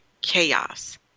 chaos